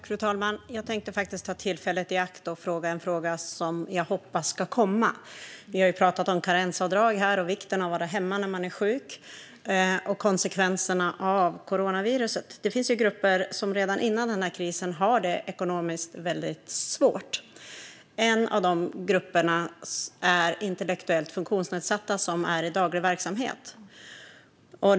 Fru talman! Jag tänkte ta tillfället i akt och ställa en fråga som jag hoppas ska komma. Vi har ju pratat om karensavdrag, vikten av att vara hemma när man är sjuk och konsekvenserna av coronaviruset. Det finns grupper som redan innan krisen kom hade det väldigt svårt ekonomiskt. En av de grupperna är intellektuellt funktionsnedsatta som är i daglig verksamhet.